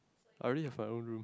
I already have my own room